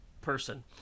person